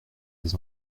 des